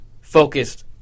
focused